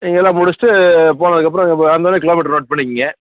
நீங்கள் எல்லாம் முடிச்சுட்டு போனதுக்கப்புறம் அங்கங்கே கிலோ மீட்ரு நோட் பண்ணிக்கங்க